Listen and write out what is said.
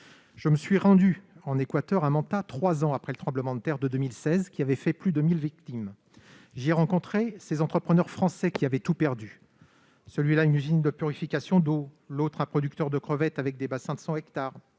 Je me suis rendu en Équateur, à Manta, trois ans après le tremblement de terre de 2016, qui avait fait plus de 1 000 victimes. J'y ai rencontré des entrepreneurs français qui avaient tout perdu : qui une usine de purification d'eau, qui un élevage de crevettes avec des bassins sur 100 hectares,